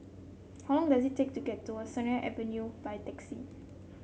how long does it take to get to Sennett Avenue by taxi